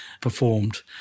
performed